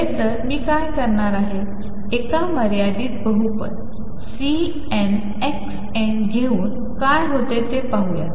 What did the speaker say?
खरं तर मी काय करणार आहे एक मर्यादित बहुपद Cn xn घेऊन काय होते ते पाहू